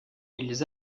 ils